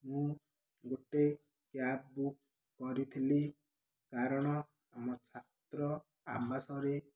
ମୁଁ ଗୋଟେ cab book କରିଥିଲି କାରଣ ଆମ ଛାତ୍ର ଆବାସରେ